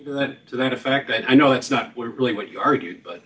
that to that effect then i know it's not really what you argued but